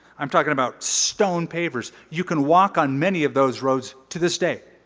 i'm talking about stone pavers. you can walk on many of those roads to this day,